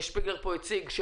ומר שפיגלר הציג פה,